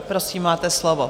Prosím, máte slovo.